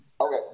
Okay